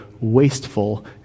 wasteful